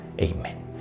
Amen